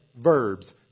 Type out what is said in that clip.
verbs